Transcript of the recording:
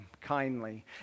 kindly